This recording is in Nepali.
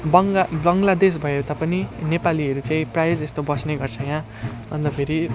बङ्गा बङ्गलादेश भए तापनि नेपालीहरू चाहिँ प्रायःजस्तो बस्ने गर्छ यहाँ अन्त फेरि